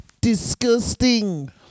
disgusting